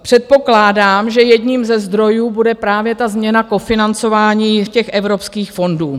Předpokládám, že jedním ze zdrojů bude právě ta změna kofinancování v těch evropských fondů.